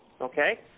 okay